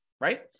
right